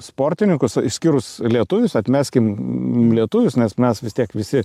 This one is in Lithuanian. sportininkus išskyrus lietuvius atmeskim lietuvius nes mes vis tiek visi